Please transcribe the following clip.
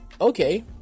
okay